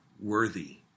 worthy